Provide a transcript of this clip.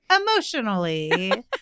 emotionally